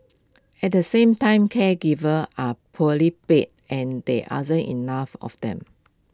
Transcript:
at the same time caregivers are poorly paid and the other enough of them